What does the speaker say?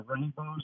rainbows